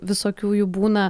visokių jų būna